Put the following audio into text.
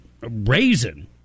raisin